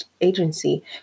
agency